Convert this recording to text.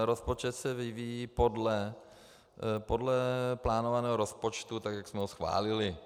Rozpočet se vyvíjí podle plánovaného rozpočtu tak, jak jsme ho schválili.